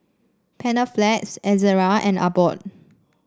Panaflex Ezerra and Abbott